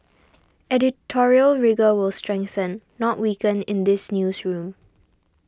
editorial rigour will strengthen not weaken in this newsroom